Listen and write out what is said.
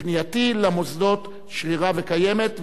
פנייתי למוסדות שרירה וקיימת,